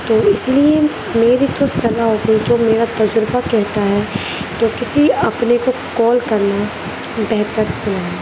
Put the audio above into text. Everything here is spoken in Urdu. تو اس لیے میری تو صلاح ہوگی جو میرا تجربہ کہتا ہے کہ کسی اپنے کو کال کرنا بہتر صلاح ہے